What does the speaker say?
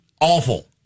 awful